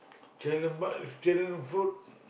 can lah the food